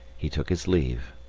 he took his leave.